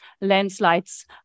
landslides